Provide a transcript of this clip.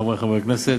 חברי חברי הכנסת,